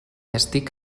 estic